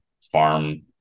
farm